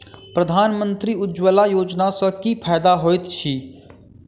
प्रधानमंत्री उज्जवला योजना सँ की फायदा होइत अछि?